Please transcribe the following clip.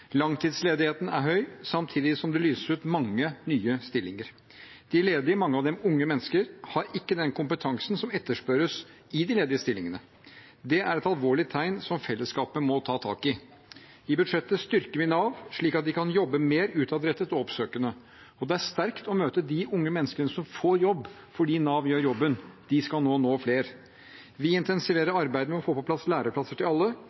Langtidsledigheten er høy samtidig som det lyses ut mange nye stillinger. De ledige, mange av dem unge mennesker, har ikke den kompetansen som etterspørres i de ledige stillingene. Det er et alvorlig tegn som fellesskapet må ta tak i. I budsjettet styrker vi Nav, slik at de kan jobbe mer utadrettet og oppsøkende. Det er sterkt å møte de unge menneskene som får jobb fordi Nav gjør jobben sin, og nå skal de nå flere. Vi intensiverer arbeidet med å få på plass læreplasser til alle,